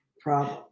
problem